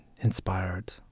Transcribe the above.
inspired